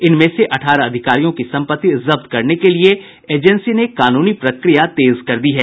इनमें से अठारह अधिकारियों की सम्पत्ति जब्त करने के लिए एजेंसी ने कानूनी प्रक्रिया तेज कर दी है